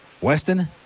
Weston